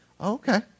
okay